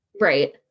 right